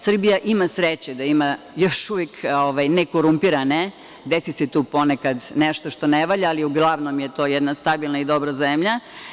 Srbija ima sreće da ima još uvek nekorumpirane, desi se tu ponekad nešto što ne valja, ali uglavnom je to jedna stabilna i dobra zemlja.